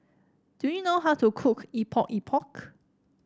do you know how to cook Epok Epok